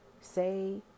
say